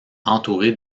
entouré